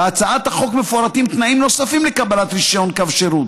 בהצעת החוק מפורטים תנאים נוספים לקבלת רישיון קו שירות,